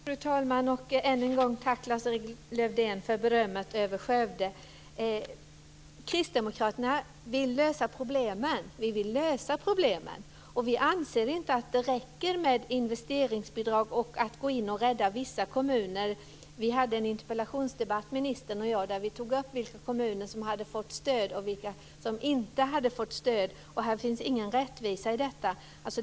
Fru talman! Än en gång: Tack, Lars-Erik Lövdén, för berömmet av Skövde! Kristdemokraterna vill lösa problemen, och vi anser inte att det räcker med investeringsbidrag och att gå in och rädda vissa kommuner. Vi hade en interpellationsdebatt, ministern och jag, där vi tog upp vilka kommuner som hade fått stöd och vilka som inte hade fått stöd, och det finns ingen rättvisa i detta.